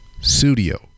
Studio